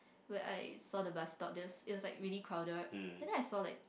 where I saw the bus stop there was it was like really crowded but then I saw like